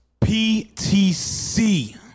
PTC